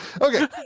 Okay